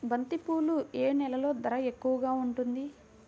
బంతిపూలు ఏ నెలలో ధర ఎక్కువగా ఉంటుంది?